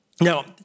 Now